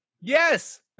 Yes